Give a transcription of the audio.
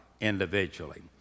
individually